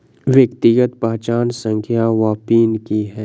व्यक्तिगत पहचान संख्या वा पिन की है?